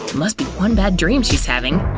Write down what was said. must be one bad dream she's having.